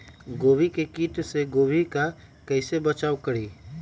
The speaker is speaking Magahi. गोभी के किट से गोभी का कैसे बचाव करें?